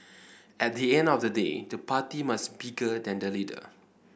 at the end of the day the party must bigger than the leader